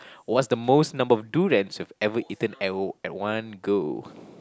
what's the most number of durians you've ever eaten at at one go